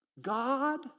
God